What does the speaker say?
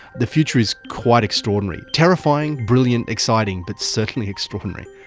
the future is quite extraordinary. terrifying, brilliant, exciting, but certainly extraordinary.